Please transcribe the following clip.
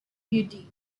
beauty